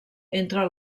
entre